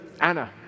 Anna